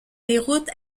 déroute